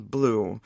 Blue